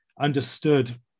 understood